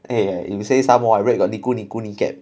eh you say some more I read the gap